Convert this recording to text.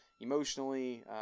emotionally